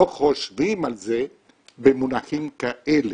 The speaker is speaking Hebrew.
לא חושבים על זה במונחים כאלה,